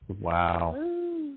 Wow